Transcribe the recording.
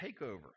takeover